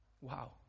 Wow